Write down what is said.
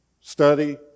study